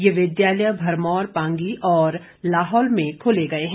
ये विद्यालय भरमौर पांगी और लाहौल में खोले गए हैं